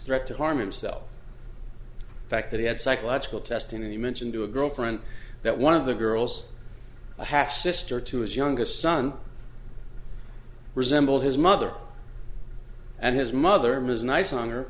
threat to harm himself back that he had psychological testing and he mentioned to a girlfriend that one of the girls a half sister to his youngest son resembled his mother and his mother ms nice hon